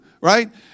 Right